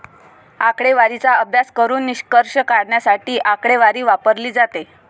आकडेवारीचा अभ्यास करून निष्कर्ष काढण्यासाठी आकडेवारी वापरली जाते